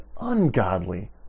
ungodly